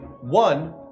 one